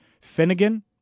Finnegan